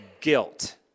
guilt